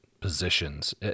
positions